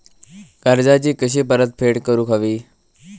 कर्जाची कशी परतफेड करूक हवी?